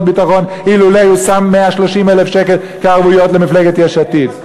הביטחון אילולא שם 130,000 שקל כערבויות למפלגת יש עתיד.